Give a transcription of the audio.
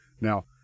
Now